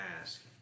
ask